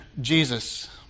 Jesus